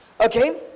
Okay